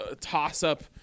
toss-up